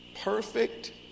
perfect